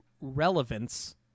relevance